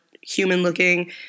human-looking